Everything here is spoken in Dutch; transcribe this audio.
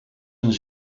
een